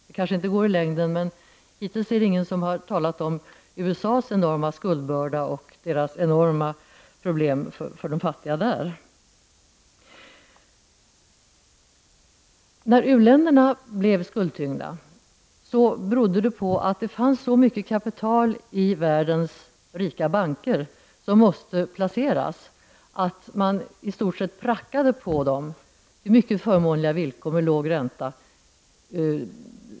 Det kanske inte går i längden men hittills är det ingen som talat om USA:s enorma skuldbörda och enorma problem med sina fattiga. När u-länderna blev skuldtyngda berodde det på att det fanns så mycket kapital i världens rika banker som måste placeras att man i stort sett prackade på dem dessa lån till mycket förmånliga villkor med låg ränta.